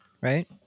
Right